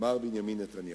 מר בנימין נתניהו.